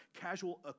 casual